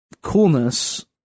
coolness